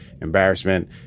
embarrassment